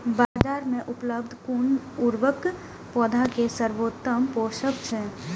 बाजार में उपलब्ध कुन उर्वरक पौधा के सर्वोत्तम पोषक अछि?